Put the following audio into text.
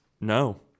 no